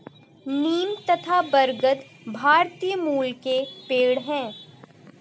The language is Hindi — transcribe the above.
नीम तथा बरगद भारतीय मूल के पेड है